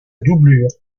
doublure